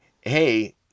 hey